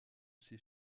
ces